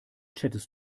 chattest